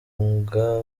umwuga